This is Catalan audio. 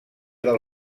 del